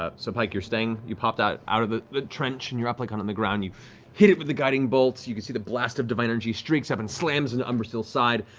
so pike, you're staying. you popped out out of the the trench and you're up like on on the ground. you hit it with the guiding bolt. you can see the blast of divine energy streaks up and slams into umbrasyl's side.